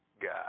God